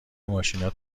ماشینا